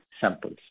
samples